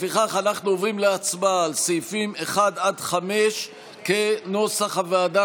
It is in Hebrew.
לפיכך אנחנו עוברים להצבעה על סעיפים 1 5 כנוסח הוועדה,